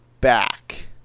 back